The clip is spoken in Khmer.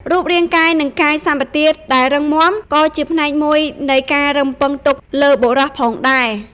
រូបរាងកាយ និងកាយសម្បទាដែលរឹងមាំ ក៏ជាផ្នែកមួយនៃការរំពឹងទុកលើបុរសផងដែរ។